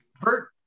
Bert